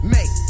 Make